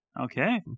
Okay